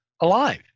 alive